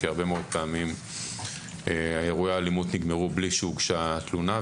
כי הרבה מאוד פעמים אירועי האלימות נגמרו בלי שהוגשה תלונה,